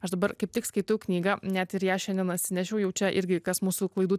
aš dabar kaip tik skaitau knygą net ir ją šiandien atsinešiau jau čia irgi kas mūsų klaidų